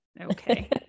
Okay